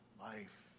life